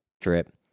drip